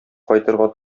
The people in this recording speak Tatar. кайтырга